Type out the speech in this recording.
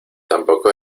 tampoco